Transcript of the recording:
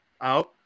out